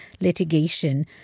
litigation